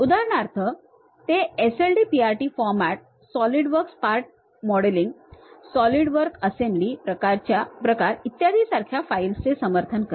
उदाहरणार्थ ते SLDPRT format SolidWorks part modelling solid work assembly प्रकार इत्यादीसारख्या फाइल्सचे समर्थन करते